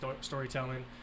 storytelling